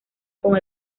con